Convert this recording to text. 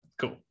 cool